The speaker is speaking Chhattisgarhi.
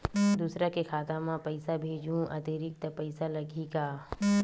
दूसरा के खाता म पईसा भेजहूँ अतिरिक्त पईसा लगही का?